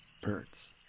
Birds